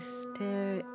stare